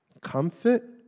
comfort